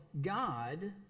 God